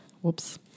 Whoops